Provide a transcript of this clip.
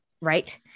right